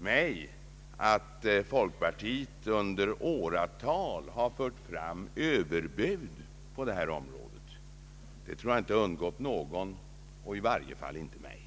mig att folkpartiet under åratal har fört fram överbud på detta område. Det tror jag inte har undgått någon, i varje fall inte mig.